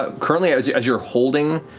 ah currently, i would say as you're holding,